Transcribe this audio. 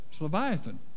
Leviathan